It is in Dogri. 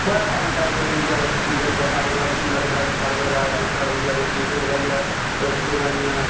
बड़ा टेलेंट ऐ इडिया बिच क्रिकेट दा सारे कोला मिगी लगदा है कि सारे कोला ज्यादा टेलेंट साढ़े इंडियां बिच क्रिकेट दा गै है और किसे दा नेईं ऐ